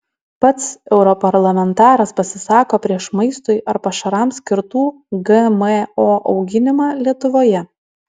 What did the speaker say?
pats europarlamentaras pasisako prieš maistui ar pašarams skirtų gmo auginimą lietuvoje